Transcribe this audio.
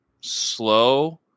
slow